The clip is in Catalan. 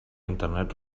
internet